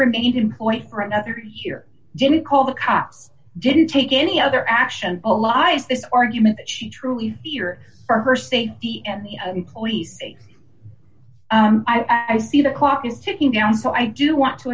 remained employed for another year didn't call the cops didn't take any other action a la argument that she truly fear for her safety and the police i see the clock is ticking down so i do want to